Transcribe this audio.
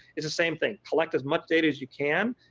it's the same thing. collect as much data as you can,